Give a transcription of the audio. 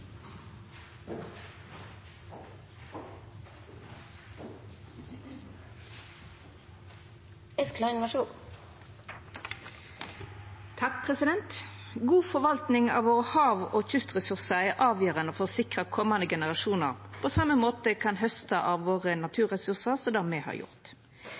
God forvaltning av våre hav- og kystressursar er avgjerande for å sikra at komande generasjonar kan hausta av våre naturressursar på same måten som me har gjort.